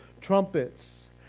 trumpets